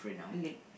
leg